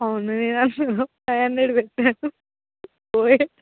అవును అన్నయ్యా five hundred పెట్టాను పోయాయి